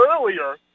earlier